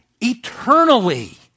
eternally